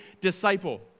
disciple